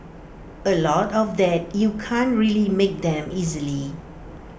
A lot of that you can't really make them easily